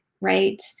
right